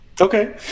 Okay